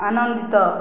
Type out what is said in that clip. ଆନନ୍ଦିତ